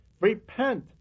repent